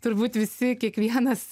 turbūt visi kiekvienas